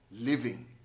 living